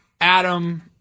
Adam